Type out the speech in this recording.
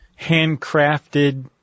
handcrafted